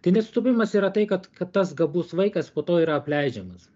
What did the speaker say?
tai nesutapimas yra tai kad kad tas gabus vaikas po to yra apleidžiamas